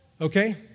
Okay